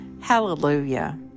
Hallelujah